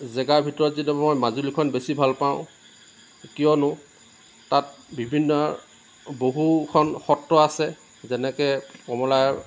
জেগাৰ ভিতৰত যিটো মই মাজুলীখন বেছি ভাল পাওঁ কিয়নো তাত বিভিন্ন বহুখন সত্ৰ আছে যেনেকৈ কমলা